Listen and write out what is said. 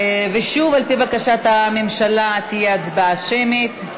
ושוב, על-פי בקשת הממשלה, תהיה הצבעה שמית.